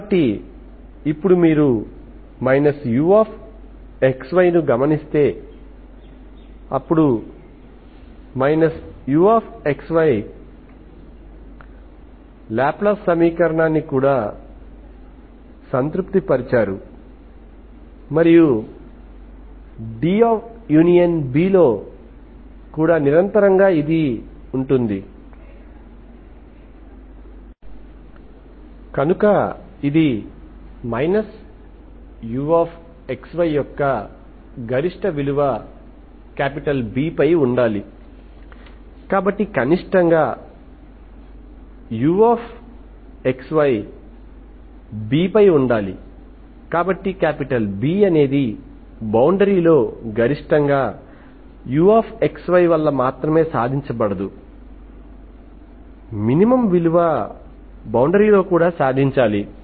కాబట్టి ఇప్పుడు మీరు uxy గమనిస్తే అప్పుడు uxy లాప్లాస్ సమీకరణాన్ని కూడా సంతృప్తిపరిచారు మరియు D∪B లో కూడా నిరంతరంగా ఉంటుంది కనుక ఇది uxy యొక్క గరిష్ట విలువ B పై ఉండాలి కాబట్టి కనిష్టంగా uxy B పై ఉండాలి కాబట్టి B బౌండరీలో గరిష్టంగా uxy మాత్రమే సాధించబడదు మినిమమ్ విలువ బౌండరీ లో కూడా సాధించాలి